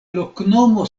loknomo